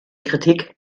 kritik